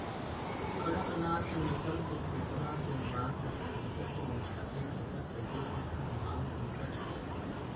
कड़कनाथ नसल के कुकरा के मांस ह बिकट मिठाथे तेखर सेती एखर मांग बिकट हे